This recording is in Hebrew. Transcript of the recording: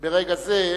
ברגע זה,